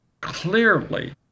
clearly